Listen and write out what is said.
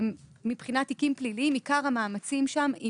מבחינת תיקים פליליים עיקר המאמצים שם הם